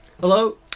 Hello